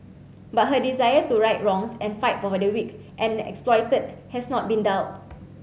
but her desire to right wrongs and fight for the weak and exploited has not been dulled